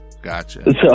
Gotcha